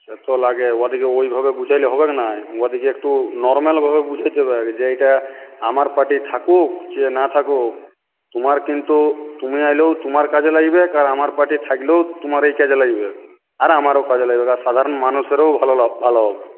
সে তো লাগে ওদেরকে ওইভাবে বোঝালে হবে না ওদেরকে একটু নর্মালভাবে বোঝাতে হবে আগে যে এইটা আমার পার্টি থাকুক চেয়ে না থাকুক তোমার কিন্তু তুমি আসলেও তোমার কাজে লাগবে আর আমার পার্টি থাকলেও তোমারই কাজে লাগবে আর আমারও কাজে লাগবে আর সাধারণ মানুষেরও ভালো ভালো হবে